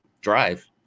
drive